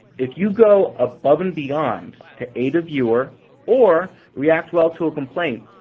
if you go above-and-beyond to aid a viewer or react well to a complaint,